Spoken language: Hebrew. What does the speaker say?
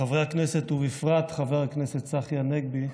חברי הכנסת ובפרט חבר הכנסת צחי הנגבי,